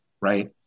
Right